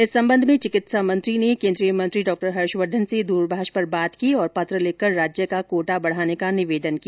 इस संबंध में चिकित्सा मंत्री ने केन्द्रीय स्वास्थ्य मंत्री डॉ हर्षवर्धन से दूरभाष पर बात की और पत्र लिखकर राज्य का कोटा बढ़ाने का निवेदन किया